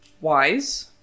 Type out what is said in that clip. wise